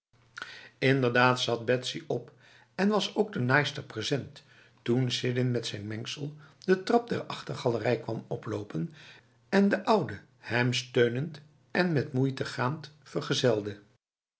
inderdaad zat betsy op en was ook de naaister present toen sidin met zijn mengsel de trap der achtergalerij kwam oplopen en de oude hem steunend en met moeite gaand vergezelde